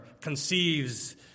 conceives